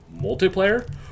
multiplayer